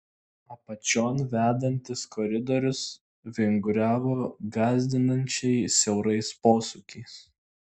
apačion vedantis koridorius vinguriavo gąsdinančiai siaurais posūkiais